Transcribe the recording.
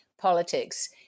politics